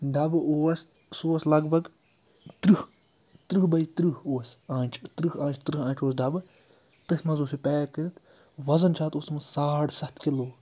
ڈَبہٕ اوس سُہ اوس لگ بگ تٕرٛہ تٕرٛہ بَے تٕرٛہ اوس آنٛچہِ تٕرٛہ آنٛچہِ تٕرٛہ آنٛچ اوس ڈَبہٕ تٔتھۍ منٛز اوس یہِ پیک کٔرِتھ وَزَن چھِ اَتھ اوسمُت ساڑ سَتھ کِلوٗ